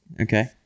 Okay